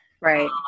Right